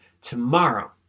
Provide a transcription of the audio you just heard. tomorrow